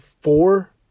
four